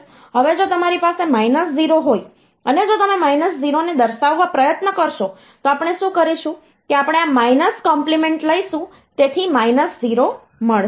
હવે જો તમારી પાસે માઈનસ 0 હોય અને જો તમે માઈનસ 0 ને દર્શાવવાનો પ્રયત્ન કરશો તો આપણે શું કરીશું કે આપણે આ માઈનસ કોમ્પ્લીમેન્ટ લઈશું તેથી માઈનસ 0 મળશે